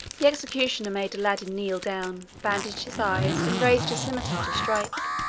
the executioner made aladdin kneel down, bandaged his eyes, and raised his scimitar to strike.